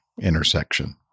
intersection